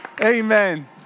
Amen